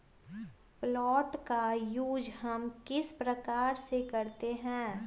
Plant का use हम किस प्रकार से करते हैं?